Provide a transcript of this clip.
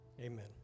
Amen